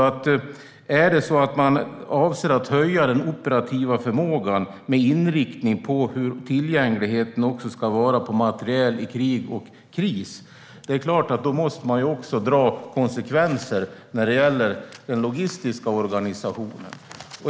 Avser man att höja den operativa förmågan med inriktning på hur tillgängligheten på materiel ska vara också i krig och kris måste det få konsekvenser när det gäller den logistiska organisationen.